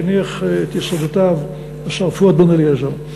שהניח את יסודותיו השר פואד בן-אליעזר,